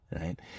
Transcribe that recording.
right